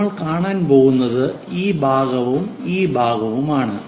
നമ്മൾ കാണാൻ പോകുന്നത് ഈ ഭാഗവും ഈ ഭാഗവുമാണ്